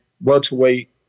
welterweight